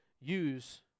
use